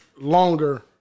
longer